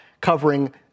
covering